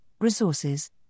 resources